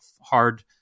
hard